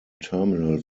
terminal